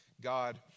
God